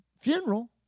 funeral